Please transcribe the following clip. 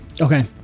Okay